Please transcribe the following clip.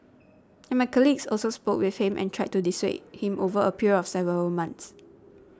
and my colleagues also spoke with him and tried to dissuade him over a period of several months